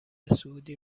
سعودی